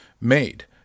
made